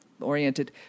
oriented